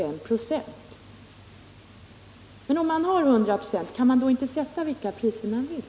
Men om man har 100 926 av marknaden, kan man då inte sätta vilka priser man vill?